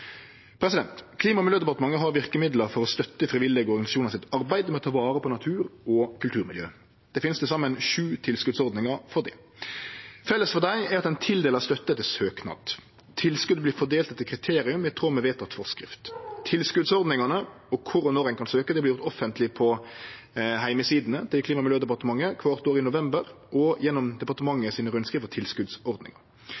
Klima- og miljødepartementet har verkemiddel for å støtte arbeidet frivillige organisasjonar gjer med å ta vare på natur og kulturmiljø. Det finst til saman sju tilskotsordningar for det. Felles for dei er at ein tildeler støtte etter søknad. Tilskotet vert fordelt etter kriterium i tråd med vedteken forskrift. Tilskotsordningane og kor og når ein kan søkje, vert gjort offentleg på heimesidene til Klima- og miljødepartementet kvart år i november og gjennom